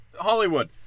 Hollywood